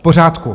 V pořádku.